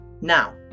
Now